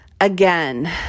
again